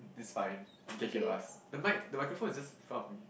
it's fine okay he will ask the mic the microphone is just in front of me